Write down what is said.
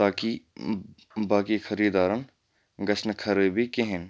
تاکہِ باقی خٔریٖدارَن گژھِ نہٕ خرٲبی کِہیٖنۍ